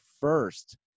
first